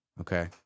okay